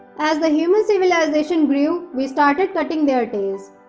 as the human civilization grew we started cutting their tails.